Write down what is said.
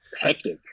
Hectic